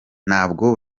ntabwo